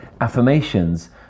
affirmations